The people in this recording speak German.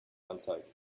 anzeigen